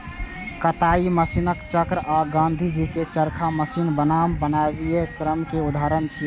कताइ मशीनक चक्र आ गांधीजी के चरखा मशीन बनाम मानवीय श्रम के उदाहरण छियै